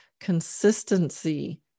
consistency